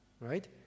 Right